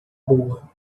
boa